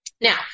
Now